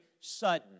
sudden